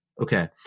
okay